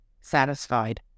satisfied